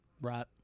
Right